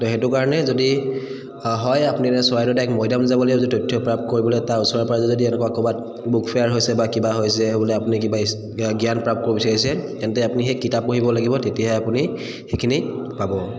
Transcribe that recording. তো সেইটো কাৰণে যদি হয় আপুনি ডাৰেক্ট চৰাইদউ ডৰেক্ট মৈদাম যাব লাগিব যদি তথ্যপ্ৰাপ্ত কৰিবলৈ তাৰ ওচৰে পাঁজৰে যদি এনেকুৱা ক'ৰবাত বুক ফেয়াৰ হৈছে বা কিবা হৈছে বোলে আপুনি কিবা জ্ঞান প্ৰ্ৰাপ্ত কৰিব বিচাৰিছে তেন্তে আপুনি সেই কিতাপ পঢ়িব লাগিব তেতিয়াহে আপুনি সেইখিনি পাব